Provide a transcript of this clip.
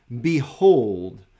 Behold